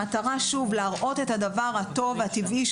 המטרה הייתה להראות את הדבר הטוב והטבעי,